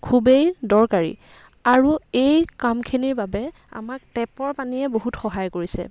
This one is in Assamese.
খুবেই দৰকাৰী আৰু এই কামখিনিৰ বাবে আমাক টেপৰ পানীয়ে বহুত সহায় কৰিছে